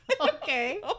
Okay